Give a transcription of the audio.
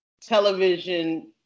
television